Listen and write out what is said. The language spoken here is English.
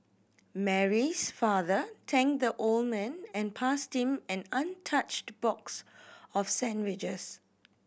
Mary's father thanked the old man and passed him an untouched box of sandwiches